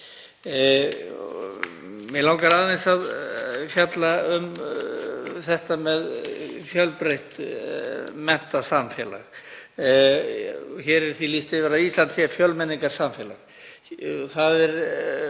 Mig langar aðeins að fjalla um fjölbreytt menningarsamfélag. Hér er því lýst yfir að Ísland sé fjölmenningarsamfélag, það eru